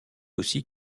aussi